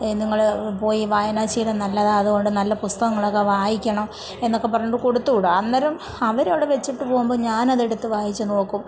നിങ്ങള് പോയി വായനാശീലം നല്ലതാ അതുകൊണ്ട് നല്ല പുസ്തകങ്ങളൊക്കെ വായിക്കണം എന്നൊക്കെ പറഞ്ഞിട്ട് കൊടുത്ത് വിടും അന്നേരം അവരവരുടെ വെച്ചിട്ട് പോകുമ്പോൾ ഞാനതെടുത്ത് വായിച്ച് നോക്കും